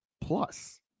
plus